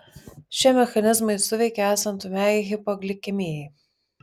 šie mechanizmai suveikia esant ūmiai hipoglikemijai